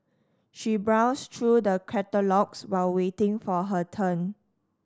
she browsed through the catalogues while waiting for her turn